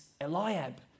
Eliab